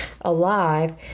alive